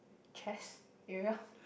chest area